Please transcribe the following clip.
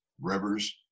rivers